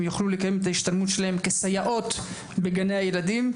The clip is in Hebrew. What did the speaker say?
יוכלו לקיים את ההשתלמות שלהם כסייעות בגני ילדים.